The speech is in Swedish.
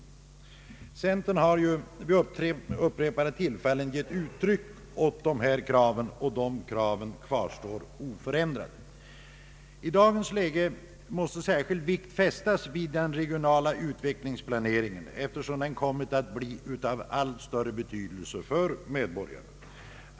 Centern har vid upprepade tillfällen gett uttryck åt de här kraven, och de kvarstår oförändrade. I dagens läge måste särskild vikt fästas vid den regionala utvecklingsplaneringen, eftersom den kommit att bli av allt större betydelse för medborgarna.